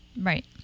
Right